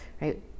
right